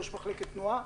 ראש מחלקת תנועה.